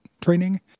training